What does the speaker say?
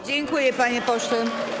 Dziękuje, panie pośle.